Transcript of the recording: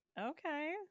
Okay